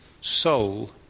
soul